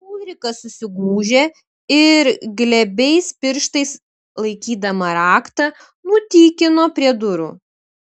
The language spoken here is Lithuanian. ulrika susigūžė ir glebiais pirštais laikydama raktą nutykino prie durų